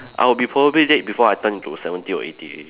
I will be probably dead before I turn into seventy or eighty already